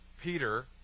Peter